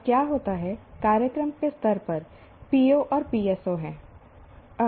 अब क्या होता है कार्यक्रम के स्तर पर PO और PSO हैं